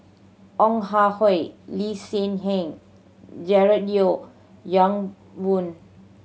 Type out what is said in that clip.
Ong Ah Hoi Lee Hsien Yang and George Yeo Yong Boon